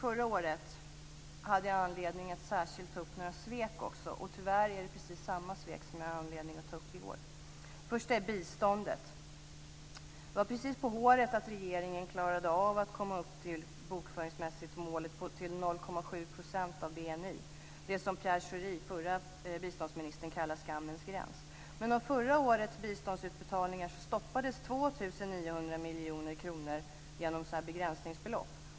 Förra året hade jag anledning att särskilt också ta upp några svek, och tyvärr är det precis samma svek som jag har anledning att ta upp i år. Först är det biståndet. Det var precis på håret att regeringen klarade av att bokföringsmässigt komma upp till målet 0,7 % av BNI - det som Pierre Schori, förre biståndsministern, kallade för skammens gräns. Men av förra årets biståndsutbetalningar stoppades 2 900 miljoner kronor genom sådana här begränsningsbelopp.